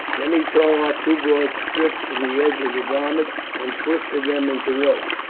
then he tore off two broad strips from the edge of the garment and twisted them into ropes,